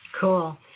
Cool